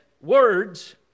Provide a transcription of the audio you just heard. words